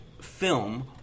film